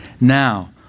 Now